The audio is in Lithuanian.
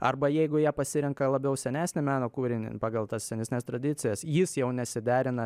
arba jeigu jie pasirenka labiau senesnį meno kūrinį pagal tas senesnes tradicijas jis jau nesiderina